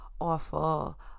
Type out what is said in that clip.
awful